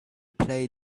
play